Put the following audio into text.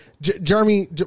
Jeremy